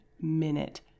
minute